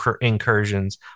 incursions